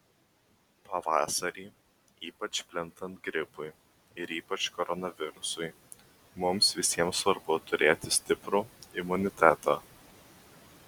pavasarį ypač plintant gripui ir ypač koronavirusui mums visiems svarbu turėti stiprų imunitetą